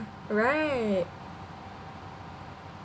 right